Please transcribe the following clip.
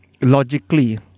logically